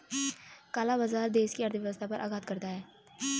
काला बाजार देश की अर्थव्यवस्था पर आघात करता है